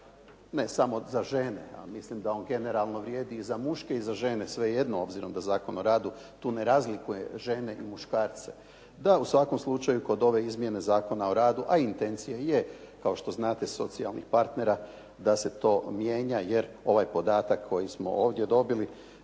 ne samo za žene ali mislim da on generalno vrijedi i za muške i za žene, svejedno obzirom da Zakon o radu tu ne razlikuje žene i muškarce. Da, u svakom slučaju kod ove izmjene Zakona o radu a i intencija je kao što znate socijalnih partnera da se to mijenja jer ovaj podatak koji smo ovdje dobili